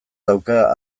dauka